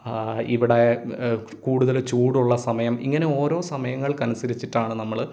ഇവിടെ കൂടുതൽ ചൂടുള്ള സമയം ഇങ്ങനെ ഓരോ സമയങ്ങൾക്കനുസരിച്ചിട്ടാണ് നമ്മൾ